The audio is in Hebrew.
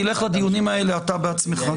תלך לדיונים האלה אתה בעצמך.